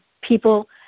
people